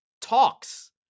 talks